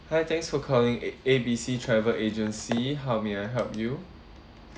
hi thanks for calling A A_B_C travel agency how may I help you